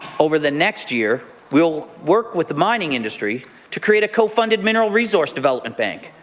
over the next year, we will work with the mining industry to create a co-funded mineral resource development bank,